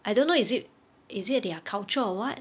I don't know is it is it their cultural or [what]